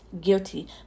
guilty